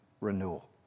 renewal